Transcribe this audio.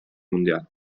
mundial